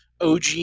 OG